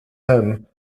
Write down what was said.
him